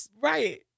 Right